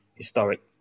Historic